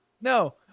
No